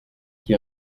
qui